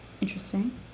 interesting